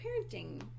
parenting